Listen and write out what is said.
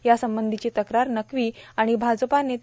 यासंबंधीची तक्रार नक्वी आणि भाजपा नेते